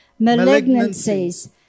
malignancies